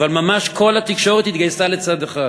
אבל ממש כל התקשורת התגייסה לצד אחד.